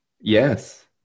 Yes